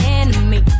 enemy